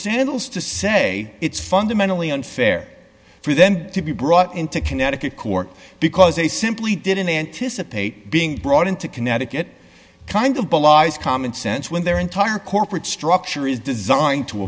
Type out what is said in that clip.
rules to say it's fundamentally unfair for them to be brought into connecticut court because they simply didn't anticipate being brought into connecticut kind of belies common sense when their entire corporate structure is designed to